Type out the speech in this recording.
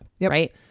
right